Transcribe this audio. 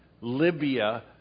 Libya